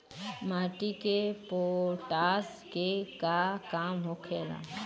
माटी में पोटाश के का काम होखेला?